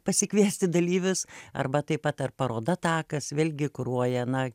pasikviesti dalyvius arba taip pat ar paroda takas vėlgi kuruoja na